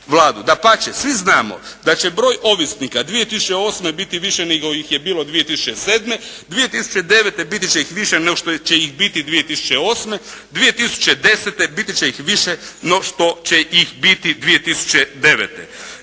Dapače svi znamo da će broj ovisnika 2008. biti više nego ih je bilo 2007., 2009. biti će ih više nego što će ih biti 2008., 2010. biti će ih više no što će ih biti 2009.